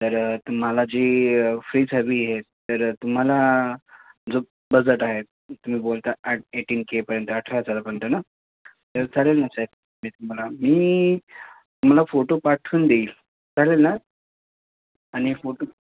तर तुम्हाला जी फ्रीज हवी आहे तर तुम्हा ला जो बजेट आहेत तुम्ही बोलता आठ एटीन केपर्यंत अठरा हजारापर्यंत ना तर चालेल ना साहेब मी तुम्हाला मी तुम्हाला फोटो पाठवून देईल चालेल ना आणि फोटू